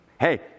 Hey